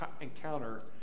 encounter